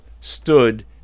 stood